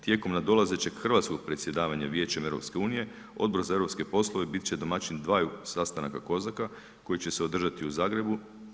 Tijekom nadolazećeg hrvatskog predsjedavanja Vijećem EU Odbora za eu poslove biti će domaćin dvaju sastanaka COSAC-a koji će se održati u Zagrebu.